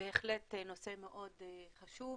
בהחלט נושא מאוד חשוב.